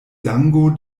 sango